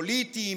פוליטיים,